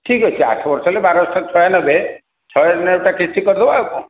ଠିକ୍ ଅଛି ଆଠ ବର୍ଷ ହେଲେ ବାର ଅଷ୍ଟା ଛୟାନବେ ଛୟାନବେଟା କିସ୍ତି କରିଦେବା ଆଉ କ'ଣ